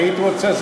היית רוצה.